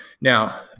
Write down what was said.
Now